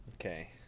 Okay